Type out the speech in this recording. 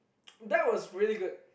that was really good